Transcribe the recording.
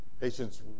patients